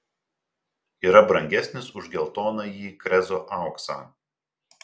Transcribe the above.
yra brangesnis už geltonąjį krezo auksą